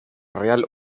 real